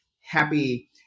happy